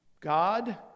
God